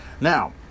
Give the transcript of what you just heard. Now